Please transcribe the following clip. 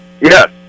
Yes